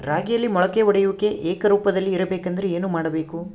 ರಾಗಿಯಲ್ಲಿ ಮೊಳಕೆ ಒಡೆಯುವಿಕೆ ಏಕರೂಪದಲ್ಲಿ ಇರಬೇಕೆಂದರೆ ಏನು ಮಾಡಬೇಕು?